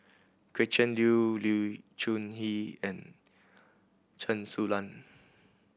Gretchen Liu Lee Choon Kee and Chen Su Lan